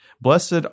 Blessed